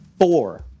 Four